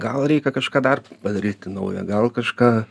gal reikia kažką dar padaryti naują gal kažką